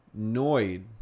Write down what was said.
noid